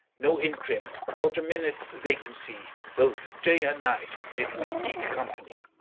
no interim, not a minute's vacancy, both day and night did we keep company.